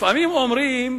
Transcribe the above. לפעמים אומרים,